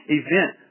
event